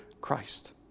Christ